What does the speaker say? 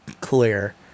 clear